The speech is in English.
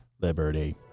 liberty